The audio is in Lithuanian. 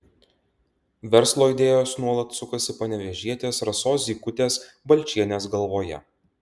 verslo idėjos nuolat sukasi panevėžietės rasos zykutės balčienės galvoje